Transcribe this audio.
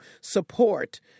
support